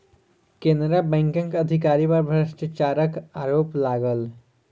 केनरा बैंकक अधिकारी पर भ्रष्टाचारक आरोप लागल